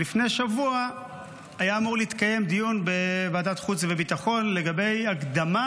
לפני שבוע היה אמור להתקיים דיון בוועדת החוץ והביטחון לגבי הקדמה,